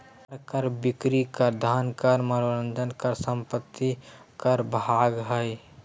आय कर, बिक्री कर, धन कर, मनोरंजन कर, संपत्ति कर भाग हइ